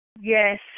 Yes